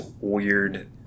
weird